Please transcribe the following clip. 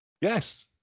yes